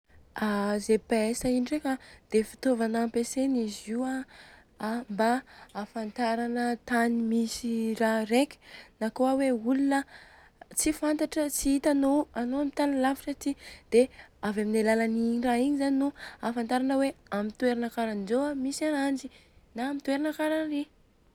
A GPS io ndreka a dia fitaovana ampiasaina izy io mba afantarana tany misy raha reka. Na kôa hoe olona tsy fantantra tsy itanô anô amin'ny tany lavitra ty dia avy amin'ny alalan'ny le igny. Raha igny zany no ahafantarana hoe amin'ny toerana karanzô a misy ananjy, na amin'ny toerana kara ary.